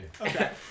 Okay